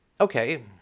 okay